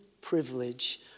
privilege